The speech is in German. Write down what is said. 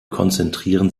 konzentrieren